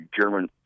German